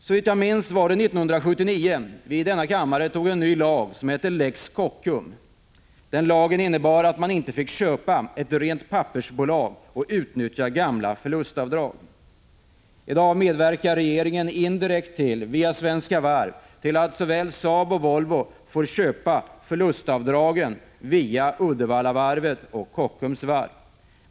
Såvitt jag minns var det 1979 som riksdagen antog lex Kockum. Den lagen innebar att man inte fick köpa ett rent pappersbolag och utnyttja gamla förlustavdrag. I dag medverkar regeringen indirekt, via Svenska Varv, till att såväl Saab som Volvo får köpa förlustavdragen via Uddevallavarvet och Kockums varv.